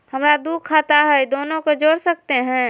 हमरा दू खाता हय, दोनो के जोड़ सकते है?